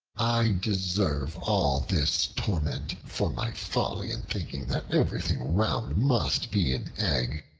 i deserve all this torment, for my folly in thinking that everything round must be an egg.